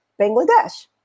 Bangladesh